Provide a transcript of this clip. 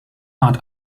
art